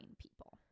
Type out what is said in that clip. people